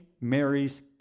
mary's